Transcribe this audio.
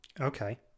okay